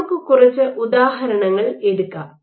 നമുക്ക് കുറച്ച് ഉദാഹരണങ്ങൾ എടുക്കാം